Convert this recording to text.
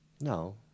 no